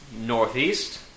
Northeast